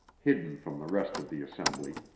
hidden from the rest of the assembly.